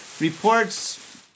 Reports